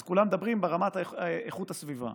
אז כולם מדברים על רמת איכות הסביבה.